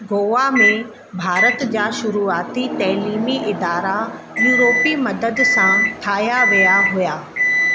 गोवा में भारत जा शुरूआती तइलीमी इदारा यूरोपी मदद सां ठाहिया विया हुया